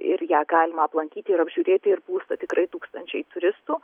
ir ją galima aplankyti ir apžiūrėti ir plūsta tikrai tūkstančiai turistų